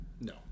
No